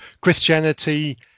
Christianity